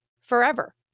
forever